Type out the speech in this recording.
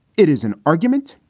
it is an argument.